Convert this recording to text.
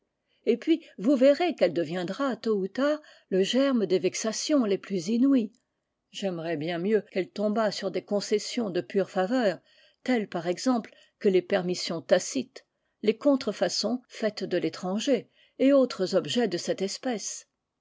et puis vous verrez qu'elle deviendra tôt ou tard le germe des vexations les plus inouïes j'aimerais bien mieux qu'elle tombât sur des concessions de pure faveur telles par exemple que les permissions tacites les contrefaçons faites de l'étranger et autres objets de cette espèce